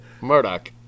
Murdoch